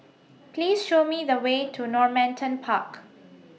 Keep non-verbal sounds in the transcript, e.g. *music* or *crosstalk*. *noise* Please Show Me The Way to Normanton Park